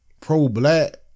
pro-black